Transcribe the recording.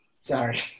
Sorry